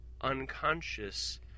unconscious